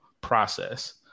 process